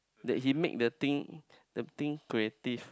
that he make the thing the thing creative